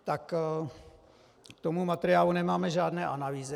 Tak k tomu materiálu nemáme žádné analýzy.